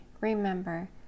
remember